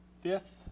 fifth